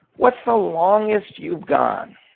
what's the longest you've gone,